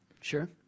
Sure